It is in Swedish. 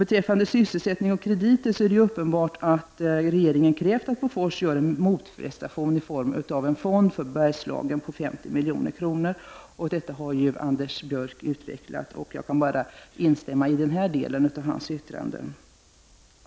Beträffande sysselsättning och krediter vill jag säga att det ju är uppenbart att regeringen krävde att Bofors skulle göra en motprestation i form av en fond för Bergslagen på 50 milj.kr. Denna sak har ju Anders Björck utvecklat, och i den här delen av hans anförande kan jag bara instämma.